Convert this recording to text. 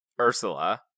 Ursula